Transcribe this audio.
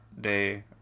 day